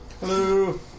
Hello